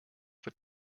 wird